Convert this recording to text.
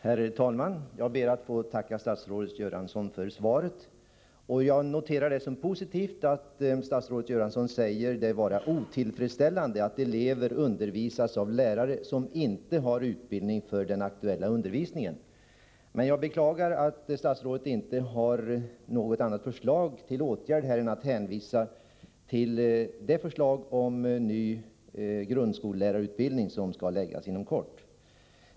Herr talman! Jag ber att få tacka statsrådet Göransson för svaret. Jag noterar det som positivt att statsrådet Göransson säger att det är otillfredsställande att elever undervisas av lärare som inte har utbildning för den aktuella undervisningen. Men jag beklagar att statsrådet inte har något annat förslag till åtgärd än att hänvisa till det förslag om ny grundskollärarutbildning som skall läggas fram inom kort.